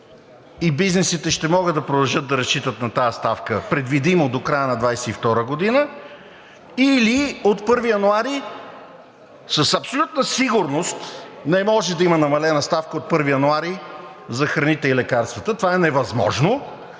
и бизнесите ще могат да продължат да разчитат на тази ставка предвидимо до края на 2022 г., или от 1 януари... С абсолютна сигурност не може да има намалена ставка от 1 януари за храните и лекарствата, това е невъзможно.